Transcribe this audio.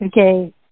Okay